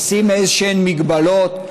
לשים איזשהן מגבלות,